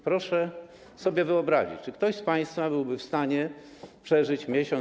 Proszę sobie wyobrazić, czy ktoś z państwa byłby w stanie przeżyć miesiąc.